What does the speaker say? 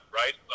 right